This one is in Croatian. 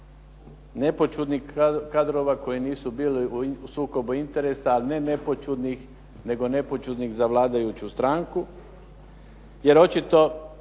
nepoćudnih kadrova koji nisu bili u sukobu interesa, a ne nepoćudnih, nego nepoćudnih za vladajuću stranku, jer očito